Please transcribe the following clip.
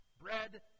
Bread